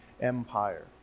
Empire